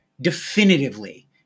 definitively